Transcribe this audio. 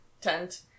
tent